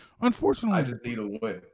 Unfortunately –